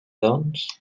doncs